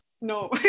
no